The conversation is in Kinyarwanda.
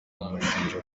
bamushinja